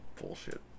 Bullshit